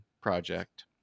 project